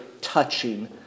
touching